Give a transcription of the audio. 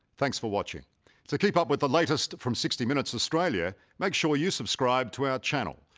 thanks for watching so keep up with the latest from sixty minutes, australia make sure you subscribe to our channel.